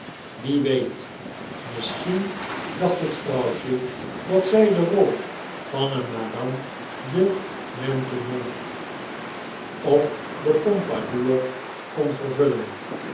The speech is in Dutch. wie weet misschien dacht het vrouwtje dat zij de rol van een madame de maintenon of de pompadour kon vervullen